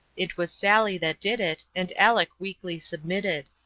it was sally that did it, and aleck weakly submitted.